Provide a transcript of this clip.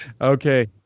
Okay